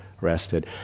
rested